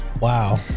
Wow